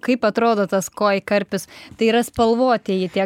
kaip atrodo tas koi karpis tai yra spalvotieji tie